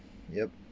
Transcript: yup